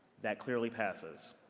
that clearly passes.